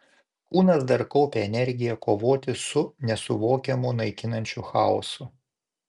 kūnas dar kaupė energiją kovoti su nesuvokiamu naikinančiu chaosu